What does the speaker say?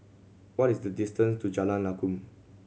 what is the distance to Jalan Lakum